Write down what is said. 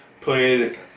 played